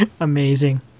Amazing